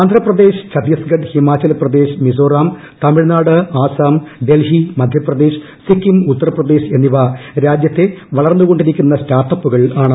ആന്ധ്രപ്രദേശ് ഛത്തീസ്ഗഡ് ഹിമാചൽ പ്രദേശ് മിസോറാം തമിഴ്നാട് ആസാം ഡൽഹി മധ്യപ്രദേശ് സിക്കിം ഉത്തർപ്രദേശ് എന്നിവ രാജ്യത്തെ വളർന്നുകൊണ്ടിരിക്കുന്ന സ്റ്റാർട്ടപ്പുകൾ ആണ്